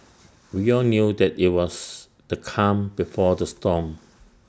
we all knew that IT was the calm before the storm